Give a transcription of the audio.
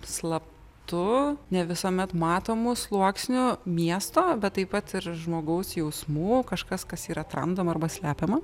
slaptu ne visuomet matomu sluoksniu miesto bet taip pat ir žmogaus jausmų kažkas kas yra tramdoma arba slepiama